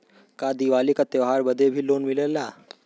का दिवाली का त्योहारी बदे भी लोन मिलेला?